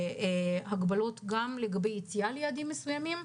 בהגבלות גם לגבי יציאה ליעדים מסוימים,